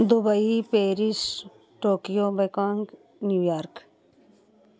Dubai Paris Tokyo Bangkok New York